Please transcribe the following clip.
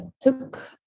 took